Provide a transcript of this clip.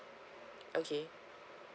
okay